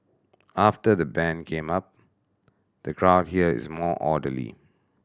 after the ban came up the crowd here is more orderly